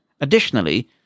Additionally